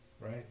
right